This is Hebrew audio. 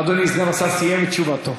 אדוני סגן השר סיים את תשובתו.